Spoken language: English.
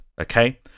okay